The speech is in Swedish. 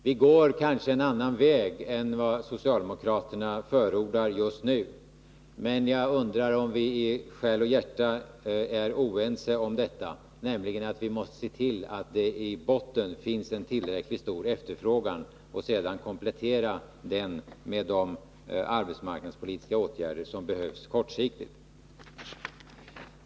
Vi går kanske en annan vä g än den som socialdemokraterna förordar just nu, men jag undrar om vi och de i själ och hjärta är oense om att man måste se till att det i botten finns en tillräckligt stor efterfrågan och därefter komplettera med de arbetsmarknadspolitiska åtgärder som behövs kortsiktigt.